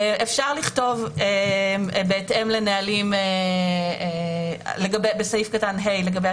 -- אני לא מציע לראות את המצב הקיים היום -- הוא בעייתי